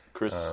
Chris